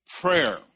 prayer